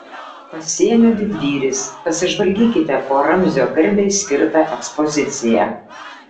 pasienio didvyris pasižvalgykite po ramzio garbei skirtą ekspoziciją